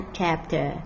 Chapter